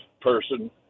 person